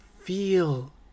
feel